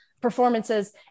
performances